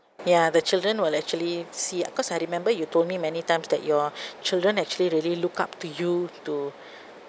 ya the children will actually see because I remember you told me many times that your children actually really look up to you to